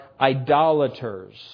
idolaters